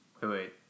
Wait